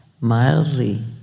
mildly